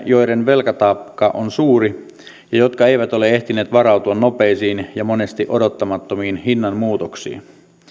joiden velkataakka on suuri ja jotka eivät ole ehtineet varautua nopeisiin ja monesti odottamattomiin hinnanmuutoksiin